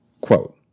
Quote